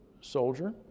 soldier